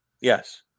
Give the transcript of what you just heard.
Yes